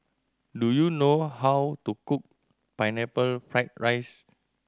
do you know how to cook Pineapple Fried rice